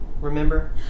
Remember